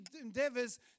endeavors